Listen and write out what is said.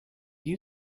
you